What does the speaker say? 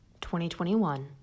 2021